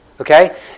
Okay